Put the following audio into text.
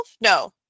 No